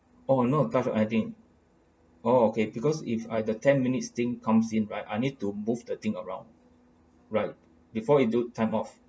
or no tough I think oh okay because if either ten minutes thing comes in right I need to move the thing around right before it due time off